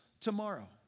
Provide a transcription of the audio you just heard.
tomorrow